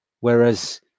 Whereas